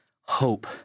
hope